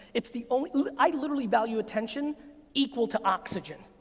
it's the only, i literally value attention equal to oxygen.